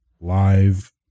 live